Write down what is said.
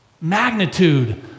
magnitude